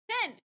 Ten